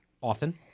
Often